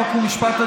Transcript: חוק ומשפט,